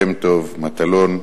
שמטוב, מטלון,